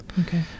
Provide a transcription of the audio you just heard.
okay